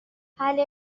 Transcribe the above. حله